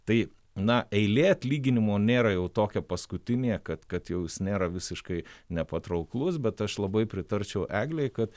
tai na eilė atlyginimo nėra jau tokia paskutinė kad kad jau jis nėra visiškai nepatrauklus bet aš labai pritarčiau eglei kad